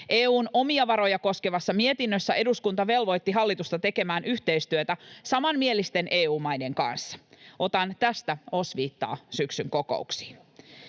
EU:n omia varoja koskevassa mietinnössä eduskunta velvoitti hallitusta tekemään yhteistyötä samanmielisten EU-maiden kanssa. Otan tästä osviittaa syksyn kokouksiin.